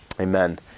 Amen